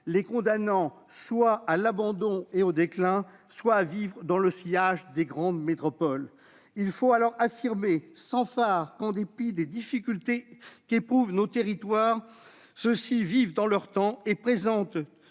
les condamnant soit à l'abandon et au déclin, soit à vivre dans le sillage des grandes métropoles. Sans fard, il faut affirmer que, en dépit des difficultés qu'ils éprouvent, nos territoires vivent dans leur temps et présentent